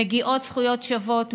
מגיעות זכויות שוות,